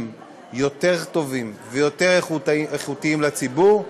יותר טובים ויותר איכותיים לציבור.